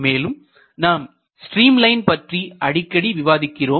மேலும் நாம் streamline பற்றி அடிக்கடி விவாதிக்கிறோம்